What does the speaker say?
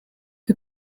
the